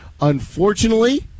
unfortunately